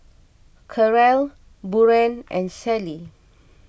Karel Buren and Sally